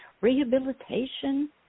rehabilitation